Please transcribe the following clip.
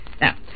Now